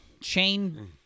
chain